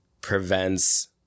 prevents